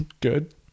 Good